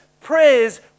prayers